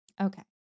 Okay